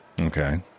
okay